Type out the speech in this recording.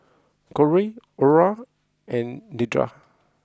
Corey Ora and Nedra